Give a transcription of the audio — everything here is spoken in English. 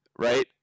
Right